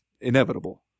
inevitable